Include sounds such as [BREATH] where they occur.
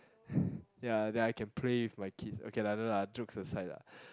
[BREATH] ya then I can play with my kids okay lah no lah jokes aside lah